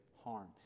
harm